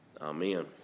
amen